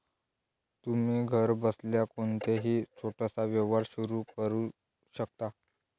तुम्ही घरबसल्या कोणताही छोटासा व्यवसाय सुरू करू शकता